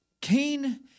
Cain